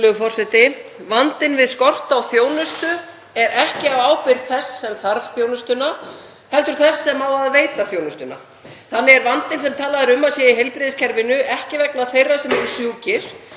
Vandinn við skort á þjónustu er ekki á ábyrgð þess sem þarf þjónustuna heldur þess sem á að veita þjónustuna. Þannig er vandinn sem talað er um að sé í heilbrigðiskerfinu ekki vegna þeirra sem eru sjúkir,